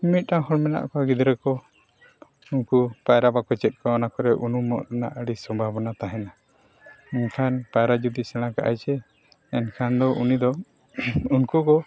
ᱢᱤᱢᱤᱫ ᱴᱟᱱ ᱦᱚᱲ ᱢᱮᱱᱟᱜ ᱠᱚᱣᱟ ᱜᱤᱫᱽᱨᱟᱹ ᱠᱚ ᱩᱱᱠᱩ ᱯᱟᱭᱨᱟ ᱵᱟᱠᱚ ᱪᱮᱫ ᱠᱟᱣᱱᱟ ᱩᱱᱠᱩ ᱚᱱᱟ ᱠᱚᱨᱮᱜ ᱩᱱᱩᱢᱚᱜ ᱨᱮᱱᱟᱜ ᱟᱹᱰᱤ ᱥᱚᱢᱵᱷᱚᱵᱚᱱᱟ ᱛᱟᱦᱮᱱᱟ ᱮᱱᱠᱷᱟᱱ ᱯᱟᱭᱨᱟ ᱡᱩᱫᱤ ᱥᱮᱬᱟ ᱠᱟᱜ ᱟᱭ ᱥᱮ ᱮᱱᱠᱷᱟᱱ ᱫᱚ ᱩᱱᱤ ᱫᱚ ᱩᱱᱠᱩ ᱠᱚ